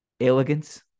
elegance